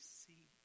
see